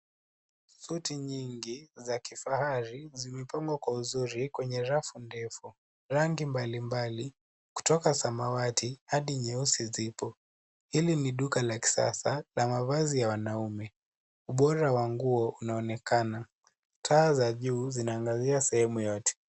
Suti nyingi za kifahari zimepangwa kwa uzuri kwenye rafu ndefu. Rangi mbalimbali kutoka samawati hadi nyeusi zipo. Hili ni duka la kisasa la mavazi ya wanaume. Ubora wa nguo unaonekana. Taa za juu zinaangazia sehemu yote.